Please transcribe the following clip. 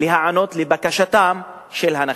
להיענות לבקשתם של הנכים.